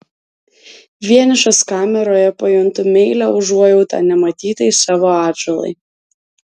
vienišas kameroje pajuntu meilią užuojautą nematytai savo atžalai